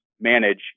manage